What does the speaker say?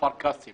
כפר קאסם